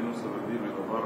vilniaus savivaldybėj dabar